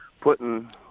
putting